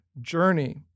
journey